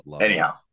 Anyhow